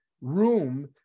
room